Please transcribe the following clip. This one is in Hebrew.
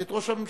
ואת ראש הממשלה.